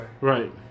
Right